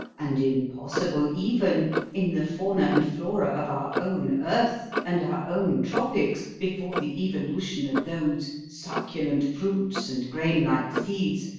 and impossible even in the fauna and flora of our own earth and our own tropics before the evolution of those succulent fruits and grain-like seeds,